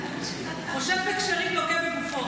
החושד בכשרים לוקה בגופו.